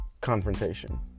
confrontation